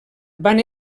van